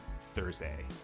Thursday